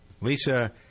Lisa